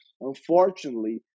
Unfortunately